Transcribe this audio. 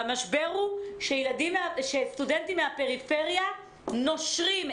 והמשבר הוא שסטודנטים מהפריפריה נושרים,